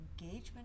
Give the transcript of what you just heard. engagement